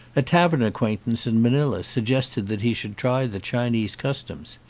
a tavern acquaintance in manila suggested that he should try the chinese customs.